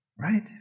Right